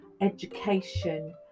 education